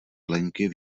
plenky